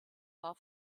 war